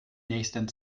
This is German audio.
nächsten